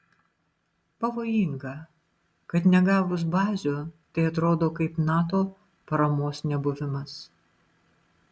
pavojinga kad negavus bazių tai atrodo kaip nato paramos nebuvimas